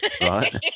Right